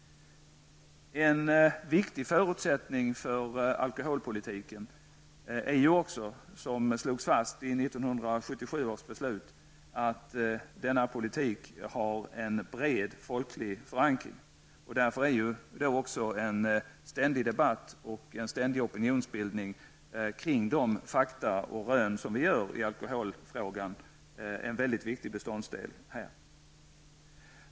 En viktig förutsättning för alkoholpolitiken är också, som slogs fast i 1977 års beslut, att denna politik har en bred folklig förankring. Därför är också en ständig debatt och en ständig opinionsbildning kring de fakta och rön som kommer fram i alkoholfrågan en mycket viktig beståndsdel.